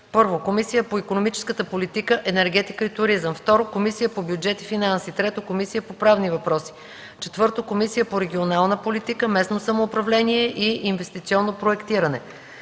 са: 1. Комисия по икономическата политика, енергетика и туризъм; 2. Комисия по бюджет и финанси; 3. Комисия по правни въпроси; 4. Комисия по регионална политика, местно самоуправление и инвестиционно проектиране;